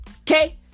Okay